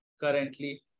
currently